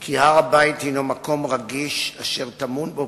כי הר-הבית הינו מקום רגיש אשר טמון בו